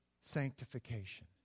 sanctification